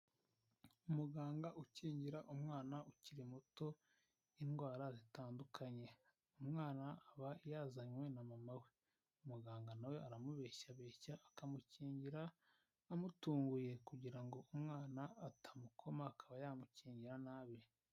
Umuganga ukingira umwana ukiri muto indwara zitandukanye, umwana aba yazanywe na mama we. umuganga nawe aramubeshya akamukingira amutunguye kugira ngo umwana atamukoma akaba yamukingira nabi.